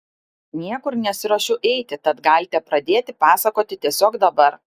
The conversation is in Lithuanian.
niekur nesiruošiu eiti tad galite pradėti pasakoti tiesiog dabar